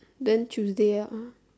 then tuesday ah